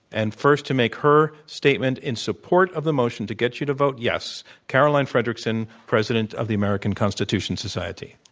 and first to make her statement in support of the motion, to get you to vote yes, caroline frederickson, president of the american constitution society.